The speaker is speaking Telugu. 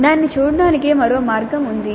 దాన్ని చూడటానికి మరో మార్గం ఉంది